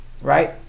right